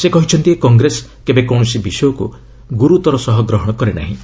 ସେ କହିଛନ୍ତି କଂଗ୍ରେସ କେବେ କୌଣସି ବିଷୟକୁ ଗୁରୁତର ସହ ଗ୍ରହଣ କରେ ନାହିଁ